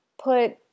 put